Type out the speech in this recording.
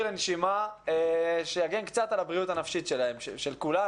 לנשימה שיגן קצת על הבריאות הנפשית של כולנו.